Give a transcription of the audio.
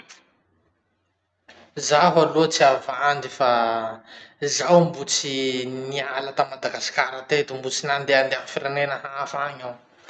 Zaho aloha tsy havandy fa zaho mbo tsy niala ta madagasikara teto, mbo tsy nandehandeha amy firenena hafa any aho.